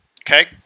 Okay